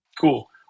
Cool